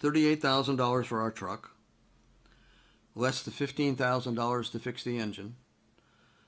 thirty eight thousand dollars for our truck less than fifteen thousand dollars to fix the engine